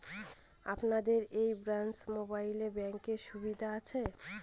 আপনাদের এই ব্রাঞ্চে মোবাইল ব্যাংকের সুবিধে আছে?